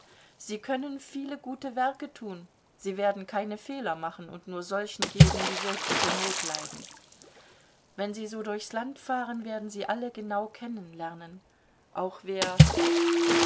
sie können viele gute werke tun sie werden keine fehler machen und nur solchen geben die wirkliche not leiden wenn sie so durchs land fahren werden sie alle genau kennenlernen auch wer